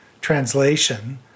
translation